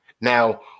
Now